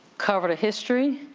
covered a history,